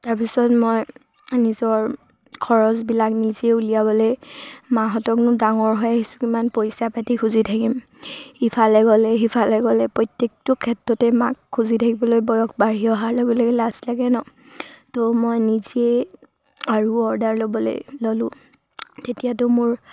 তাৰপিছত মই নিজৰ খৰচবিলাক নিজে উলিয়াবলৈ মাহঁতকনো ডাঙৰ হৈ আহিছোঁ কিমান পইচা পাতি খুজি থাকিম ইফালে গ'লে সিফালে গ'লে প্ৰত্যেকটো ক্ষেত্ৰতে মাক খুজি থাকিবলৈ বয়স বাঢ়ি অহাৰ লগে লগে লাজ লাগে নহ্ ত' মই নিজেই আৰু অৰ্ডাৰ ল'বলৈ ল'লোঁ তেতিয়াতো মোৰ